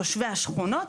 תושבי השכונות,